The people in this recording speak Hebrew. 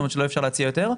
שאי אפשר להציע יותר,